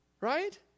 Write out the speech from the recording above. Right